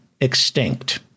extinct